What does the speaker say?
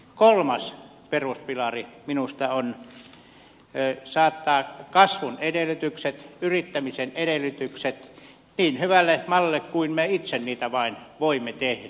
kolmas peruspilari minusta on saattaa kasvun edellytykset yrittämisen edellytykset niin hyvälle mallille kuin me itse sen vain voimme tehdä